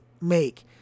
make